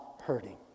hurting